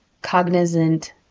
cognizant